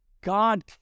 God